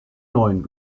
neuen